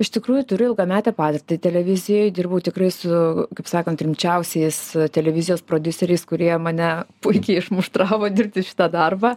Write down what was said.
iš tikrųjų turiu ilgametę patirtį televizijoj dirbau tikrai su kaip sakant rimčiausiais televizijos prodiuseriais kurie mane puikiai išmuštravo dirbti šitą darbą